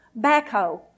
backhoe